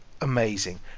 amazing